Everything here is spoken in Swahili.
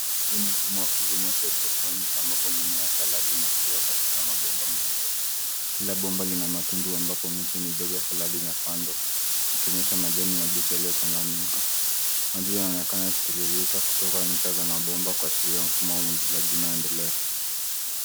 Huu ni mfumo wa kilimo cha hydroponic ambapo mimea ya saladi inakua katika mabomba meupe. Kila bomba lina matundu ambapo miche midogo ya saladi imepandwa ikionyesha majani mabichi yaliyochanganyika. Maji inaonekana ikitiririka kutaka ncha za mabombakuashiria mfumo wa umwagiliaji unaoendelea.